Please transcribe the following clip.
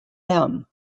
them